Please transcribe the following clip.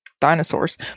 dinosaurs